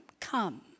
come